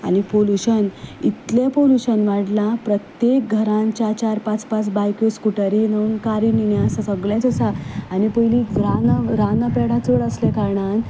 आनी पॉल्युशन इतलें पॉल्युशन वाडलां प्रत्येक घरांत चार चार पांच पांच बायक्यो स्कुटरी न कारी न आसा सगळेंच आसा आनी पयलीं रान राना पेडां चड आसल्या कारणान